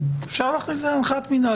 אפשר להכניס את זה להנחיית מינהל.